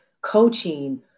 coaching